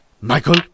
Michael